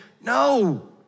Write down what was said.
No